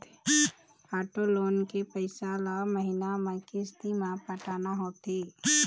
auto loan के पइसा ल महिना म किस्ती म पटाना होथे